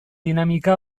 dinamika